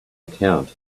account